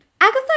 Agatha